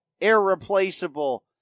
irreplaceable